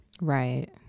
Right